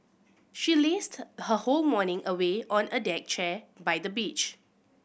she lazed her whole morning away on a deck chair by the beach